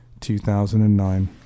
2009